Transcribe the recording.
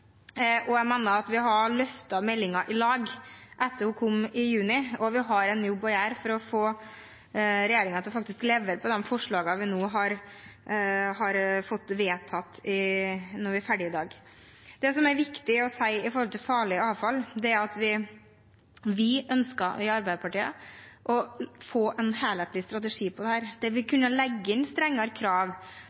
og jeg mener at vi har løftet meldingen i lag, etter at den kom i juni, men vi har en jobb å gjøre for å få regjeringen til faktisk å levere på de forslagene vi nå får vedtatt når vi er ferdige i dag. Det som er viktig å si om farlig avfall, er at vi i Arbeiderpartiet ønsker å få en helhetlig strategi for dette, der vi kan legge inn strengere krav,